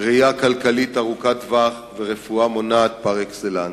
ראייה כלכלית ארוכת טווח ורפואה מונעת פר-אקסלנס.